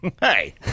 Hey